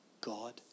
God